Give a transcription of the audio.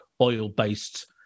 oil-based